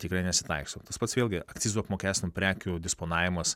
tikrai nesitaikstom tas pats vėlgi akcizu apmokestinsmų prekių disponavimas